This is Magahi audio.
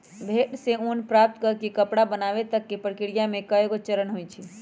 भेड़ से ऊन प्राप्त कऽ के कपड़ा बनाबे तक के प्रक्रिया में कएगो चरण होइ छइ